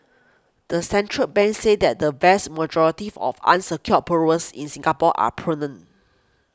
the central bank said that the vast majority of unsecured borrowers in Singapore are prudent